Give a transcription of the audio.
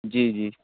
جی جی